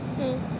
mmhmm